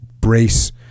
brace